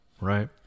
right